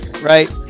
right